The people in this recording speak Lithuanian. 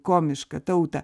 komišką tautą